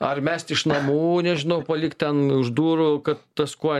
ar mesti iš namų nežinau palikt ten už durų kad tas kuo